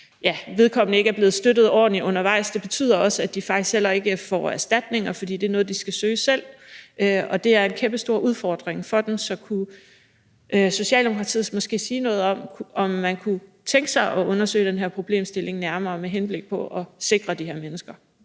vedkommende ikke er blevet støttet ordentligt undervejs. Det betyder også, at de faktisk heller ikke får erstatninger, for det er noget, de skal søge selv, og det er en kæmpestor udfordring for dem. Så kunne Socialdemokratiet måske sige noget om, om man kunne tænke sig at undersøge den her problemstilling nærmere med henblik på at sikre de her mennesker?